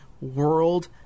world